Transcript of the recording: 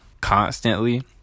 constantly